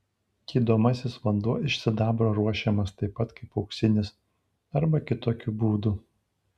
gydomasis vanduo iš sidabro ruošiamas taip pat kaip auksinis arba kitokiu būdu